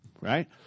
Right